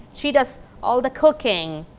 she does all the cooking.